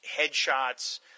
headshots